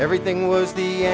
everything was the